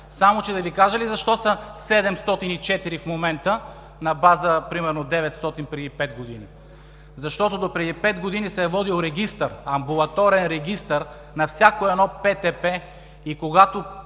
Само че да Ви кажа ли защо са 704 в момента на база примерно 900 преди 5 години? Защото допреди пет години се е водил амбулаторен регистър на всяко едно ПТП и когато